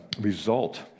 result